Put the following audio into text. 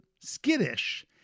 skittish